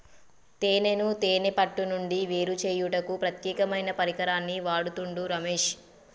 తేనెను తేనే పట్టు నుండి వేరుచేయుటకు ప్రత్యేకమైన పరికరాన్ని వాడుతుండు రమేష్